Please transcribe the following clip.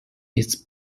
its